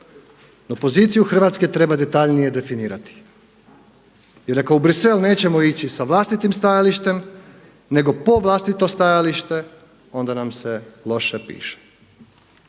No poziciju Hrvatske treba detaljnije definirati. Jer ako u Bruxelles nećemo ići sa vlastitim stajalištem, nego po vlastito stajalište onda nam se loše piše.